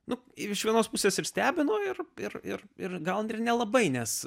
nu iš vienos pusės ir stebino ir ir ir ir gal ir nelabai nes